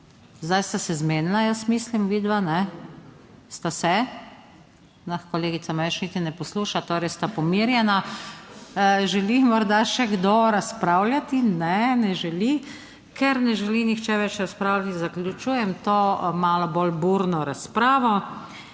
Zdaj sta se zmenila, jaz mislim vidva, sta se? Kolegica me več niti ne posluša, torej sta pomirjena. Želi morda še kdo razpravljati? Ne, ne želi. Ker ne želi nihče več razpravljati, zaključujem to malo bolj burno razpravo.